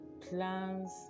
plans